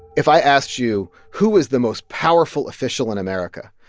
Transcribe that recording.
if i asked you who is the most powerful official in america,